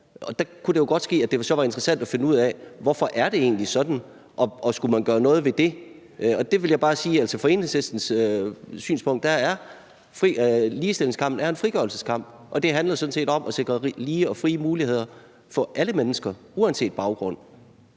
og der kunne det jo godt ske, at det så var interessant at finde ud af, hvorfor det egentlig er sådan, og om man skulle gøre noget ved det. Der vil jeg bare sige, at set fra Enhedslistens synspunkt er ligestillingskampen en frigørelseskamp, og det handler sådan set om at sikre lige og frie muligheder for alle mennesker uanset baggrund.